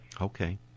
Okay